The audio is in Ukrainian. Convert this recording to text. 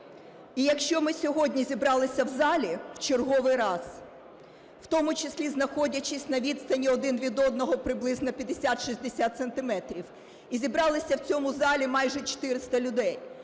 І якщо ми сьогодні зібралися в залі в черговий раз, в тому числі знаходячись на відстані один від одного приблизно 50-60 сантиметрів, і зібрали в цьому залі майже 400 людей,